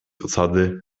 osady